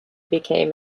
became